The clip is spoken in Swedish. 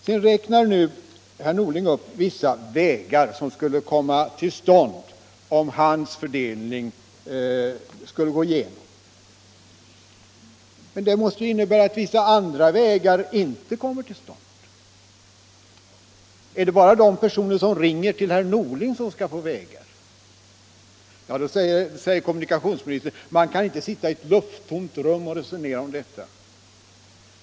Herr Norling räknade upp vilka olika vägar som skulle komma till stånd, om hans fördelning skulle gå igenom. Men det måste ju innebära att vissa andra vägar inte kommer till stånd! Är det bara de personer som ringer till herr Norling som skall få vägar? Så säger herr kommunikationsministern att man inte kan sitta i ett lufttomt rum och resonera om detta.